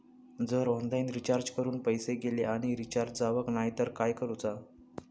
जर online recharge करून पैसे गेले आणि रिचार्ज जावक नाय तर काय करूचा?